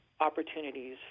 opportunities